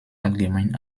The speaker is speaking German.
allgemein